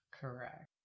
Correct